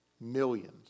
Millions